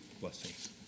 blessings